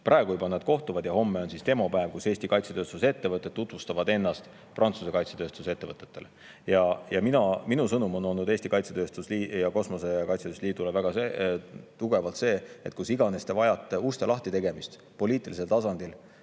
Praegu on neil juba kohtumised ja homme on demopäev, kus Eesti kaitsetööstusettevõtted tutvustavad ennast Prantsuse kaitsetööstusettevõtetele. Minu sõnum on olnud Eesti Kaitse- ja Kosmosetööstuse Liidule väga tugevalt see, et kus iganes te vajate uste lahti tegemist poliitilisel tasandil,